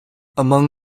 among